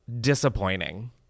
disappointing